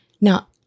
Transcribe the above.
Now